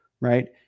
right